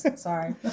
Sorry